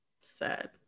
Sad